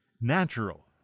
natural